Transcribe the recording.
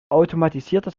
automatisiertes